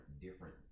different